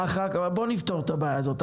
בואו נפתור את הבעיה הזאת,